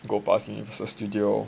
go past universal studio